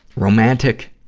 romantic.